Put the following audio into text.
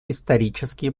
исторические